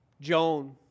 Joan